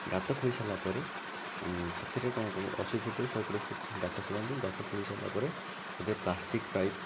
ଗାତ ଖୋଳି ସାରିଲା ପରେ ସେଥିରେ କ'ଣ କର ଅଶି ଫୁଟ ରୁ ଶହେ କୋଡ଼ିଏ ଫୁଟ ଗାତ ଖୋଳନ୍ତି ଗାତ ଖୋଳି ସାରିଲା ପରେ ଗୋଟିଏ ପ୍ଲାଷ୍ଟିକ ପାଇପ